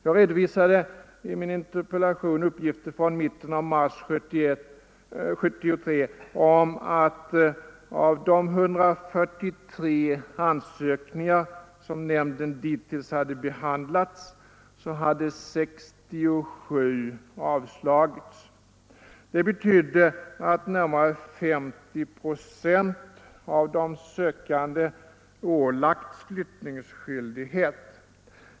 Jag redovisade i min interpellation uppgifter från mitten av mars 1973 om att av de 143 ansökningar som nämnden dittills hade behandlat hade 67 avslagits. Det betydde att närmare 50 procent av de sökande ålagts att flytta.